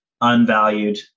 unvalued